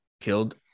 killed